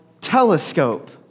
telescope